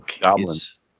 goblins